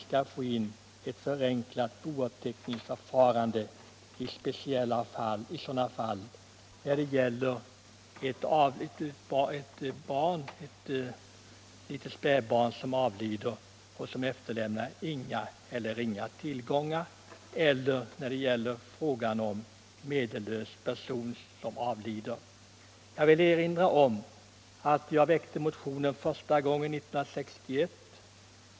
Det gäller införandet av ett förenklat bouppteckningsförfarande i de fall då den avlidne är ett spädbarn som efterlämnar inga eller ringa tillgångar eller är en medellös person. Jag motionerade i denna fråga första gången 1961.